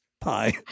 pie